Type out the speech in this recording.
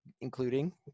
including